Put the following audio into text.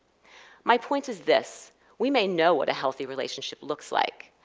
my point is this we may know what a healthy relationship looks like,